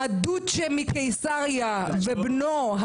הדוצ'ה מקיסריה ובנו,